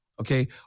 okay